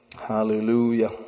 Hallelujah